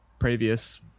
previous